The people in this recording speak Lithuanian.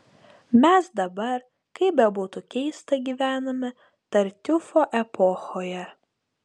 mes dabar kaip bebūtų keista gyvename tartiufo epochoje